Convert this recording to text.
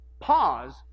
Pause